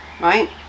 right